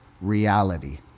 reality